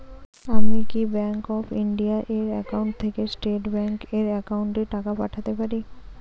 আমি কি bank of India এর একাউন্ট থেকে স্টেট ব্যাংক এর একাউন্টে টাকা পাঠাতে পারি?